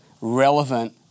relevant